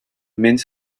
mint